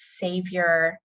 savior